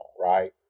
right